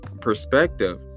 perspective